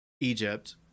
Egypt